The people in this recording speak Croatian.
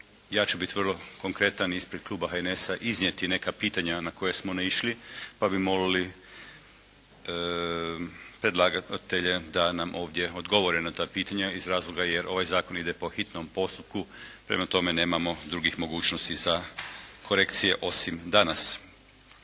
ja ću biti vrlo konkretan i ispred Kluba HNS-a iznijeti neka pitanja na koja smo naišli pa bi molili predlagatelje da nam ovdje odgovore na ta pitanja iz razloga jer ovaj zakon ide po hitnom postupku. Prema tome nemamo drugih mogućnosti za korekcije osim danas.